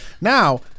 Now